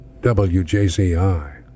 WJZI